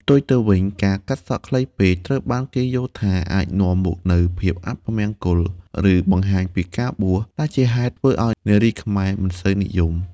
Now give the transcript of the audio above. ផ្ទុយទៅវិញ ការកាត់សក់ខ្លីពេក ត្រូវបានគេយល់ថាអាចនាំមកនូវ ភាពអពមង្គល ឬបង្ហាញពីការបួស ដែលជាហេតុធ្វើឱ្យនារីខ្មែរមិនសូវនិយម។